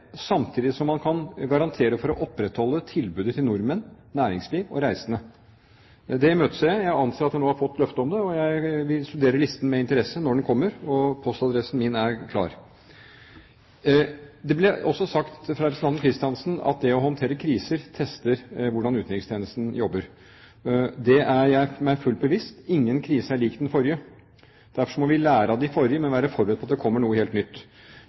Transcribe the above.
samtidig som man kan garantere for å opprettholde tilbudet til nordmenn, næringsliv og reisende. Det imøteser jeg. Jeg anser at vi nå har fått løfte om det, og jeg vil studere listen med interesse når den kommer. Postadressen min er klar. Det ble sagt av representanten Kristiansen at det å håndtere kriser tester hvordan utenrikstjenesten jobber. Det er jeg meg fullt bevisst. Ingen krise er lik den forrige. Derfor må vi lære av de forrige, men være forberedt på at det kommer noe helt nytt.